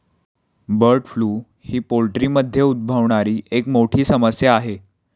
bird flu ही पोल्ट्रीमध्ये उद्भवणारी एक मोठी समस्या आहे